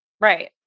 Right